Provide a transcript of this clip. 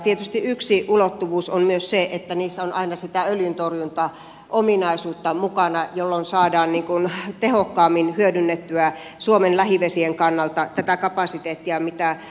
tietysti yksi ulottuvuus on myös se että niissä on aina sitä öljyntorjuntaominaisuutta mukana jolloin saadaan tehokkaammin hyödynnettyä suomen lähivesien kannalta tätä kapasiteettia mitä hankitaan